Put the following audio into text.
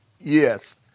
Yes